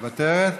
, מוותרת?